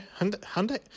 Hyundai